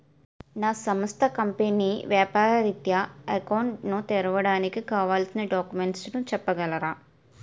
నా సంస్థ కంపెనీ వ్యాపార రిత్య అకౌంట్ ను తెరవడానికి కావాల్సిన డాక్యుమెంట్స్ చెప్పగలరా?